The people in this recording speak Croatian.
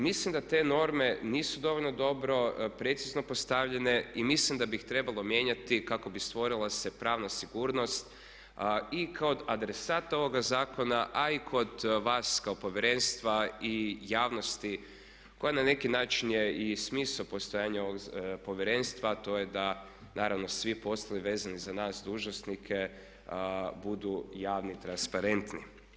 Mislim da te norme nisu dovoljno dobro, precizno postavljene i mislim da bi ih trebalo mijenjati kako bi stvorila se pravna sigurnost i kod adresata ovoga zakona a i kod vas kao povjerenstva i javnosti koja na neki način je i smisao postojanja ovog povjerenstva, a to je da naravno svi poslovi vezani za nas dužnosnike budu javni i transparentni.